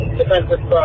defensive